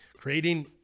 creating